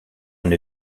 une